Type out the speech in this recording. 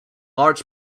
large